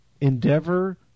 endeavor